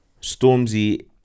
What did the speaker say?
Stormzy